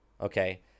Okay